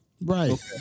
Right